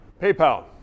PayPal